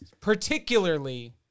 particularly